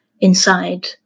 inside